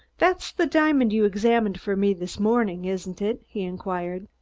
that's the diamond you examined for me this morning, isn't it? he inquired.